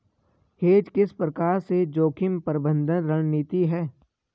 Hedge किस प्रकार से जोखिम प्रबंधन रणनीति है?